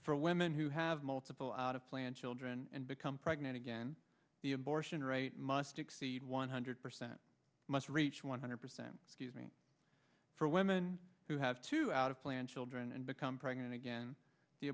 for women who have multiple out of plan children and become pregnant again the abortion rights must exceed one hundred percent must reach one hundred percent for women who have to out of plan children and become pregnant again the